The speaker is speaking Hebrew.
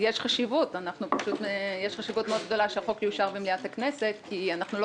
יש חשיבות מאוד גדולה שהחוק יאושר במליאת הכנסת כי אנחנו לא